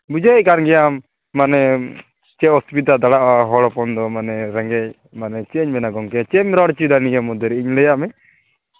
ᱵᱩᱡᱷᱟᱹᱣᱮᱫ ᱠᱟᱱ ᱜᱮᱭᱟᱢ ᱢᱟᱱᱮ ᱪᱮᱫ ᱚᱥᱩᱵᱤᱫᱷᱟ ᱫᱟᱲᱮᱜᱼᱟ ᱦᱚᱲ ᱦᱚᱯᱚᱱ ᱫᱚ ᱢᱟᱱᱮ ᱨᱮᱸᱜᱮᱡ ᱢᱟᱱᱮ ᱪᱮᱫ ᱤᱧ ᱢᱮᱱᱟ ᱜᱚᱢᱠᱮ ᱪᱮᱫ ᱮᱢ ᱨᱚᱲ ᱦᱚᱪᱚᱭᱮᱫᱟ ᱱᱤᱭᱟᱹ ᱢᱚᱫᱽᱫᱷᱮᱨᱮ ᱤᱧᱤᱧ ᱞᱟᱹᱭᱟᱜ ᱢᱮ